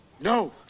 No